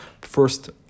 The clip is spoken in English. first